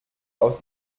aus